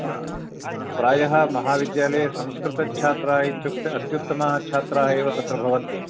प्रायः महाविद्यालये संस्कृतच्छात्राः इत्युक्ते अत्युत्तमाः छात्राः एव तत्र भवन्ति